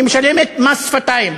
היא משלמת מס שפתיים.